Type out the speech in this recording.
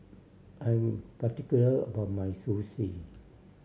I'm particular about my Sushi